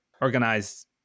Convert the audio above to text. organize